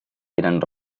eren